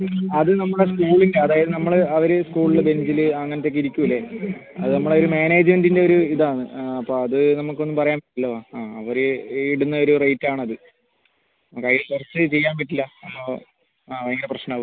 അത് നമ്മൾ സ്കൂളിൻ്റെ അതായത് നമ്മൾ അവർ സ്കൂളിൽ ബെഞ്ചിൽ അങ്ങനത്തെയൊക്കെ ഇരിക്കൂലേ അത് നമ്മുടെ ഒരു മാനേജ്മെൻറ്റിൻ്റെ ഒരു ഇതാണ് അപ്പോൾ അത് നമുക്കൊന്നും പറയാൻ പറ്റില്ല ആ അവർ ഇടുന്ന ഒരു റേറ്റാണത് അപ്പോൾ ചെയ്യാൻ പറ്റില്ല ആ ഭയങ്കര പ്രശ്നമാവും